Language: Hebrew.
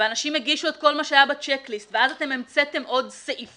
ואנשים הגישו את כל מה שהיה בצ'ק ליסט ואז אתם המצאתם עוד סעיפים,